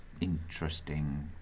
interesting